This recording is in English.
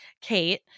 Kate